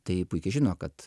tai puikiai žino kad